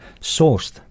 sourced